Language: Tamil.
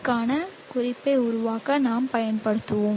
க்கான குறிப்பை உருவாக்க நாம் பயன்படுத்துவோம்